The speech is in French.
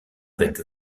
avec